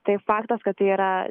tai faktas kad tai yra